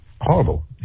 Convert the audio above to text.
horrible